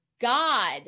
God